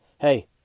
hey